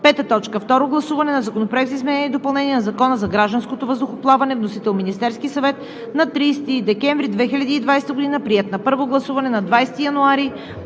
2021 г. 5. Второ гласуване на Законопроекта за изменение и допълнение на Закона за гражданското въздухоплаване. Вносител – Министерският съвет на 30 декември 2020 г. Приет е на първо гласуване на 20 януари